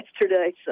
yesterday